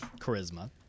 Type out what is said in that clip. Charisma